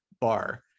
bar